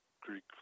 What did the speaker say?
Greek